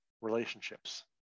relationships